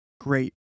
Great